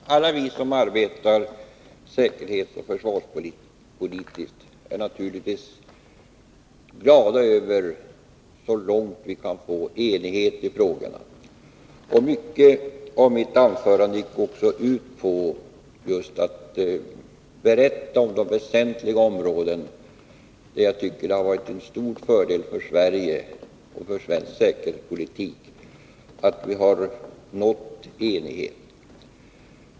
Fru talman! Alla vi som arbetar med säkerhet och försvarspolitik är naturligtvis glada över att vi så långt möjligt kunnat nå enighet i frågorna. Mycket av mitt anförande gick också ut på att nämna de väsentliga områden där jag tycker det har varit en stor fördel för Sverige och för svensk säkerhetspolitik att vi har nått enighet.